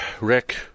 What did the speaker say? Rick